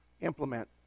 implement